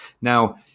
Now